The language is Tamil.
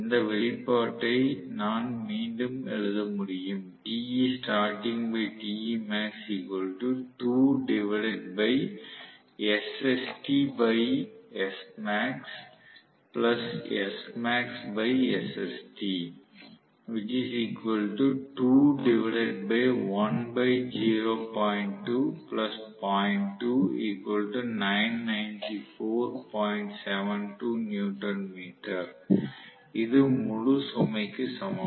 இந்த வெளிப்பாட்டை நான் மீண்டும் எழுத முடியும் இது முழு சுமைக்கு சமம்